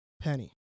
Penny